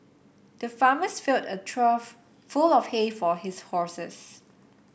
the farmer filled a trough full of hay for his horses